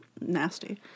Nasty